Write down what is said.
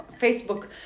Facebook